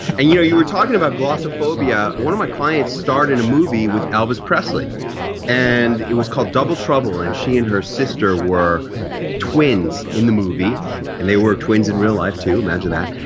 you know you were talking about glossophobia, one of my clients starred in a movie with elvis presley and it was called double trouble and she and her sister were twins in the movie and they were twins in real life too, imagine that.